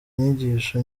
inyigisho